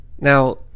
Now